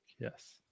Yes